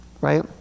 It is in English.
Right